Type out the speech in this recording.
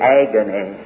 agony